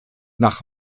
nach